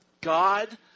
God